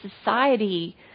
society